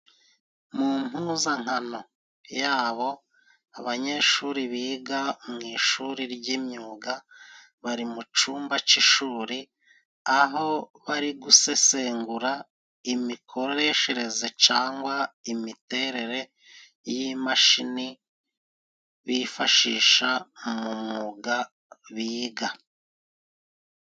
Mu mpuzankano yabo abanyeshuri biga mu ishuri ry'imyuga bari mu cumba c'ishuri ,aho bari gusesengura imikoreshereze cangwa imiterere y'imashini bifashisha mu mwuga biga.